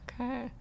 Okay